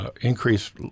increased